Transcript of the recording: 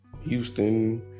Houston